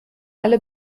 alle